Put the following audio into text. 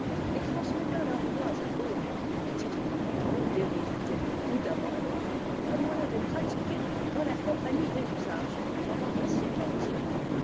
et transmettant leurs droits à d'autres à titre de vente d'hérédité ou d'abandon comme on l'avait pratiqué dans la compagnie des usages pendant un siècle entier